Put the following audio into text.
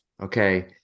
okay